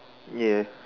ya